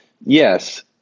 Yes